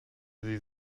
sie